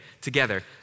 together